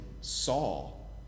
Saul